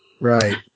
Right